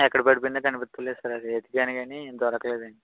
ఎక్కడ పడిపోయిందో కనిపించడంలేదు సార్ అది వెతికాను కానీ దొరకలేదండి